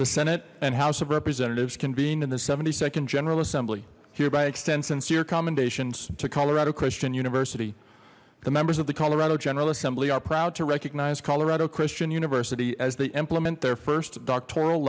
the senate and house of representatives convene in the nd general assembly hereby extend sincere commendations to colorado christian university the members of the colorado general assembly are proud to recognize colorado christian university as they implement their first doctoral